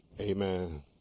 Amen